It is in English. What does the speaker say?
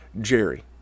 Jerry